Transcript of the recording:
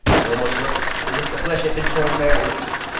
it almost looks as if the flesh had been torn by a rake.